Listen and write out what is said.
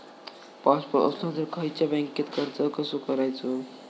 Passport असलो तर खयच्या बँकेत अर्ज कसो करायचो?